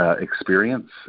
experience